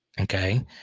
Okay